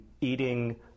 eating